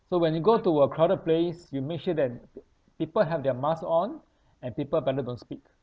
so when you go to a crowded place you make sure that people have their masks on and people better don't speak